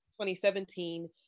2017